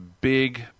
Big